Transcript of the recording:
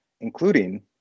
including